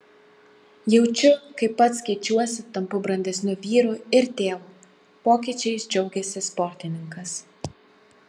jaučiu kaip pats keičiuosi tampu brandesniu vyru ir tėvu pokyčiais džiaugėsi sportininkas